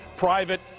private